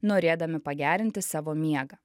norėdami pagerinti savo miegą